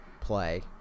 play